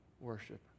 worship